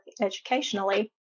educationally